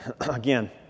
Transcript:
Again